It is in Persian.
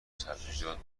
سبزیجات